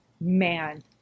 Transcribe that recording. man